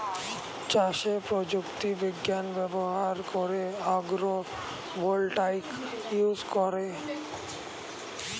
চাষে প্রযুক্তি বিজ্ঞান ব্যবহার করে আগ্রো ভোল্টাইক ইউজ করে